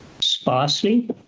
Sparsely